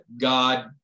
God